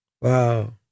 Wow